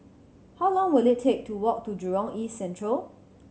how long will it take to walk to Jurong East Central